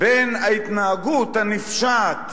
בין ההתנהגות הנפשעת